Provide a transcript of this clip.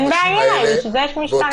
אין בעיה, בשביל זה יש משטרה.